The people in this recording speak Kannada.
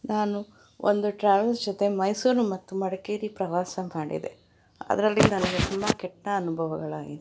ನಾನು ಒಂದು ಟ್ರಾವೆಲ್ಸ್ ಜೊತೆ ಮೈಸೂರು ಮತ್ತು ಮಡಿಕೇರಿ ಪ್ರವಾಸ ಮಾಡಿದೆ ಅದರಲ್ಲಿ ನನಗೆ ತುಂಬ ಕೆಟ್ಟ ಅನುಭವಗಳಾಗಿತ್ತು